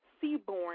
Seaborn